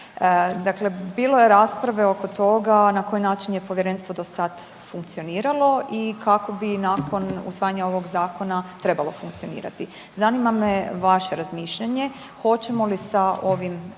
Dakle, bilo je rasprave oko toga na koji način je povjerenstvo do sad funkcioniralo i kako bi nakon usvajanja ovog zakona trebalo funkcionirati. Zanima me vaše razmišljanje hoćemo li sa ovim